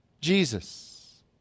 Jesus